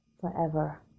forever